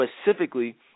Specifically